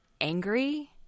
angry